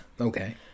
Okay